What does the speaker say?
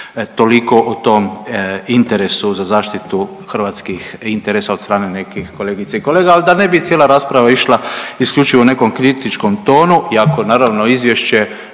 Toliko o tom interesu za zaštitu hrvatskih interesa od strane nekih kolegica i kolega, ali da ne bi cijela rasprava išla isključivo u nekom kritičkom tonu iako naravno izvješće